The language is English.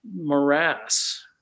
morass